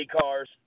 cars